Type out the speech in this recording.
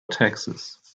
taxes